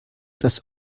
das